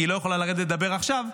כי היא לא יכולה לרדת לדבר עכשיו,